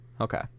Okay